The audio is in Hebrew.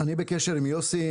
אני בקשר עם יוסי,